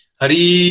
Hari